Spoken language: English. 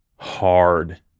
Hard